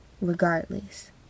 regardless